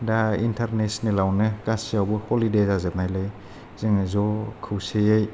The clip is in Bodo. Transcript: दा इन्टारनेसनेलआवनो गासिबावबो हलिदे जाजोबनायलाय जोङो ज' खौसेयै